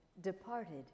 departed